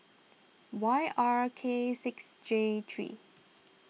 Y R K six J three